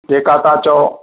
जेका तव्हां चओ